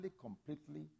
completely